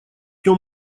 нем